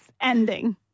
ending